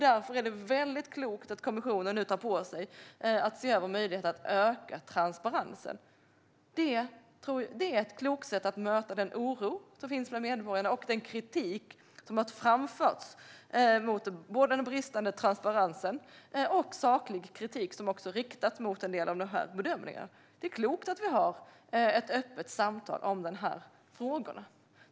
Därför är det mycket klokt att kommissionen nu tar på sig att se över möjligheterna att öka transparensen. Det är ett klokt sätt att möta den oro som finns bland medborgarna och den kritik som har framförts mot både den bristande transparensen och saklig kritik som också har riktats mot en del av dessa bedömningar. Det är klokt att vi har ett öppet samtal om dessa frågor.